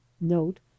note